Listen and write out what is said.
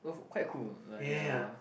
quite cool like ya